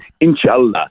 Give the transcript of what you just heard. Inshallah